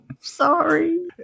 Sorry